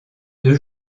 deux